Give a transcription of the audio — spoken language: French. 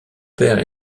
père